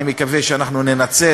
אני מקווה שננצל